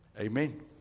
Amen